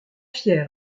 fier